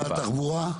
משרד התחבורה?